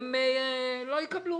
הם לא יקבלו